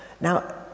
Now